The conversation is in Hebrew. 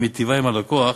היא מיטיבה עם הלקוח,